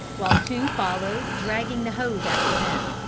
while two followed dragging the hose after them.